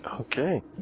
Okay